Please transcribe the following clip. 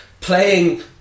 playing